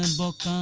and book,